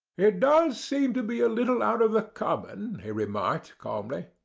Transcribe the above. it does seem to be a little out of the common, he remarked, calmly.